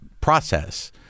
process